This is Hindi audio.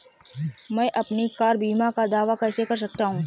मैं अपनी कार बीमा का दावा कैसे कर सकता हूं?